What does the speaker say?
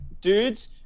dude's